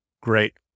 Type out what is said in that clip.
Great